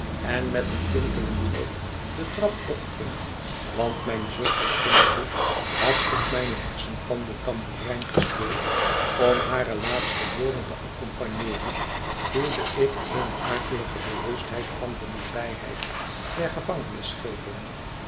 en met een tintelend hoofd de trap opging want mijn zusters vingerhoed had op mijne hersenpan de tamboerijn gespeeld om hare laatste woorden te accompagneeren voelde ik eene akelige bewustheid van de nabijheid der